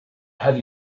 have